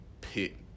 pit